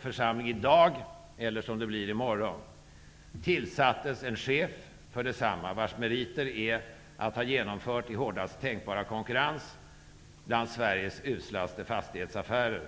församling i dag, men nu blir det i morgon -- tillsattes en chef för detsamma, vars meriter är att i hårdaste tänkbara konkurrens ha genomfört Sveriges uslaste fastighetsaffärer.